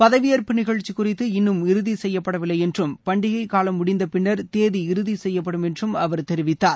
பதவியேற்பு நிகழ்ச்சி குறித்து இன்னும் இறுதி செய்யப்படவில்லை என்றும் பண்டிகை காலம் முடிந்த பின்னர் தேதி இறுதி செய்யப்படும் என்றும் அவர் தெரிவித்தார்